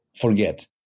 forget